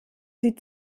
sie